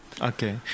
Okay